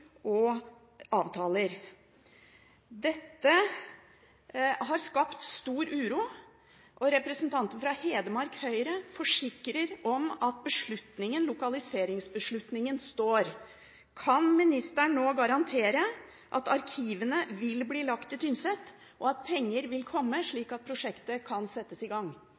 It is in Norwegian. og avtaler. Dette har skapt stor uro, og representanter fra Hedmark Høyre forsikrer om at lokaliseringsbeslutningen står. Kan ministeren nå garantere at arkivene vil bli lagt til Tynset, og at penger vil komme, slik at prosjektet kan settes i gang?